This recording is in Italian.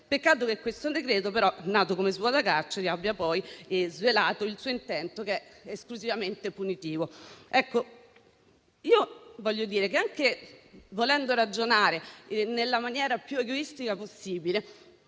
però, che questo decreto, nato come svuota carceri, abbia poi svelato il suo intento esclusivamente punitivo. Voglio dire che, anche volendo ragionare nella maniera più egoistica possibile,